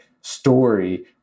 story